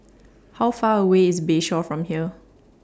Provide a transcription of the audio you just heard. How Far away IS Bayshore from here